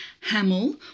Hamel